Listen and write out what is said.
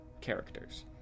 characters